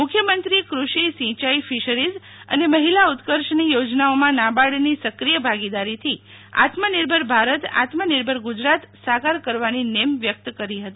મુખ્યમંત્રીપ્રે કૃષિ સિંચાઇ ફિશરીઝઅને મહિલા ઉત્કર્ષની યોજનાઓમાં નાબાર્ડની સક્રિય ભાગીદારીથી આત્મનિર્ભર ભારત આત્મનિર્ભરગુજરાત સાકાર કરવાની નેમ વ્યક્ત કરી હતી